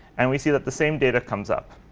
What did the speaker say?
and we see that the same data comes up.